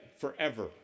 forever